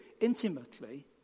intimately